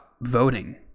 voting